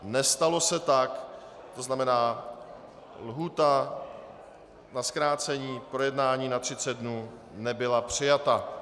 Nestalo se tak, tzn. lhůta na zkrácení projednání na 30 dnů nebyla přijata.